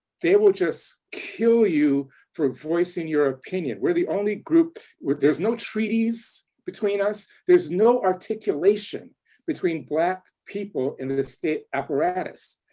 they will just kill you for voicing your opinion. we're the only group where there's no treaties between us. there's no articulation between black people and the state apparatus.